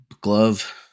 glove